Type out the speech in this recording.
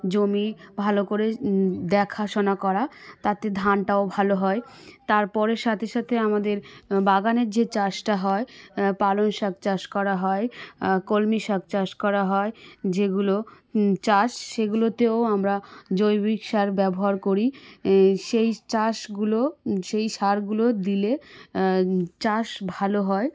জমি ভালো করে দেখাশোনা করা তাতে ধানটাও ভালো হয় তার পরে সাথে সাথে আমাদের বাগানের যে চাষটা হয় পালং শাক চাষ করা হয় কলমি শাক চাষ করা হয় যেগুলো চাষ সেগুলোতেও আমরা জৈবিক সার ব্যবহার করি সেই চাষগুলো সেই সারগুলো দিলে চাষ ভালো হয়